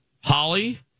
Holly